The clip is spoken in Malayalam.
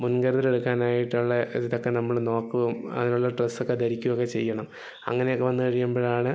മുൻകരുതലുകൾ എടുക്കാനായിട്ടുള്ള ഇതൊക്കെ നമ്മള് നോക്കും അതിനുള്ള ഡ്രസ്സൊക്കെ ധരിക്കുകയൊക്കെ ചെയ്യണം അങ്ങനെ വന്ന് കഴിയുമ്പോഴാണ്